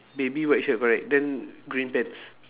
baby white shirt correct then green pants